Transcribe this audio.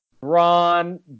Ron